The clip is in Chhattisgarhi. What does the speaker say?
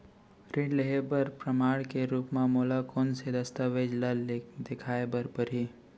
ऋण लिहे बर प्रमाण के रूप मा मोला कोन से दस्तावेज ला देखाय बर परही?